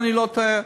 אם אני לא טועה,